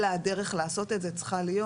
אלא הדרך לעשות את זה צריכה להיות,